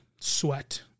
sweat